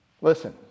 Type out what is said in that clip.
Listen